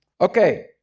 Okay